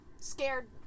scared